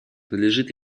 надлежит